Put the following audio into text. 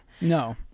No